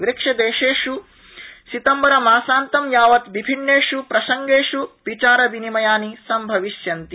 ब्रिक्सदेशेष् सितम्बरमासान्तं यावत् विभिन्नेष् प्रसंगेष् विचार विनिययानि संभविष्यन्ति